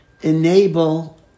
Enable